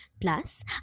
plus